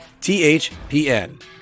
THPN